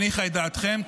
הניחה את דעתכם.